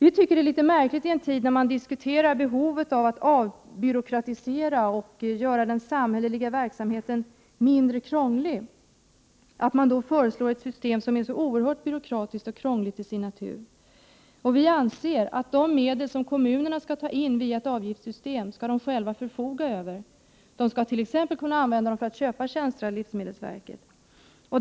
Vi tycker att det är litet märkligt att man i en tid då man diskuterar behovet av att avbyråkratisera och göra den samhälleliga verksamheten mindre krånglig föreslår ett system som är så oerhört byråkratiskt och krångligt till sin natur. Vi anser att de medel som kommunerna skall ta in genom ett avgiftssystem skall de själva kunna förfoga över. De skall t.ex. kunna använda pengarna för att köpa tjänster av livsmedelsverket.